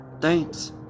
Thanks